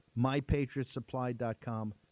Mypatriotsupply.com